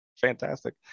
fantastic